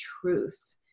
truth